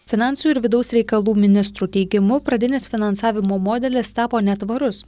finansų ir vidaus reikalų ministrų teigimu pradinis finansavimo modelis tapo netvarus